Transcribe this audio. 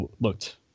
looked